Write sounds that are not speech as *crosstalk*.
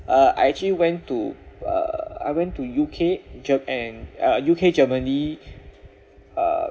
uh I actually went to uh I went to U_K ger~ and uh U_K germany *breath* uh